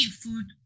food